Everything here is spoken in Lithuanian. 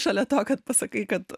šalia to kad pasakai kad